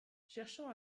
cherchant